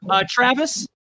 Travis